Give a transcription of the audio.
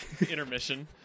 intermission